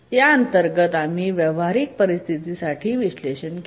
या अंतर्गत आम्ही व्यावहारिक परिस्थितीसाठी विश्लेषण केले